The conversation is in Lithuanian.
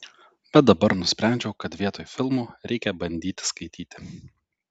bet dabar nusprendžiau kad vietoj filmų reikia bandyti skaityti